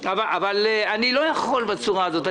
אבל אני לא יכול לעבוד בצורה הזאת.